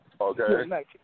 okay